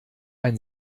ein